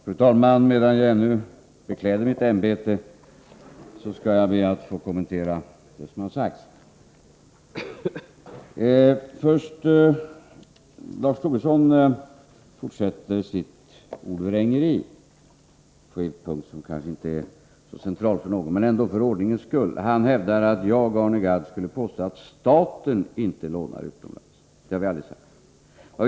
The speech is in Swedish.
Fru talman! Medan jag ännu bekläder mitt ämbete skall jag be att få kommentera det som har sagts. Lars Tobisson fortsätter sitt ordvrängeri på en punkt som kanske inte är så central för någon, men för ordningens skull vill jag ändå ta upp detta. Han hävdar att jag och Arne Gadd skulle påstå att staten inte lånar utomlands. Det har vi aldrig sagt.